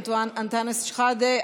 אנטאנס שחאדה,